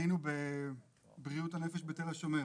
היינו בבריאות הנפש בתל השומר.